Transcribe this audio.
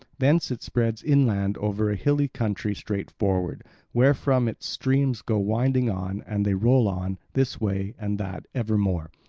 thence it spreads inland over a hilly country straight forward wherefrom its streams go winding on, and they roll on, this way and that ever more,